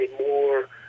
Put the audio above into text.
more